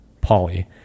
Polly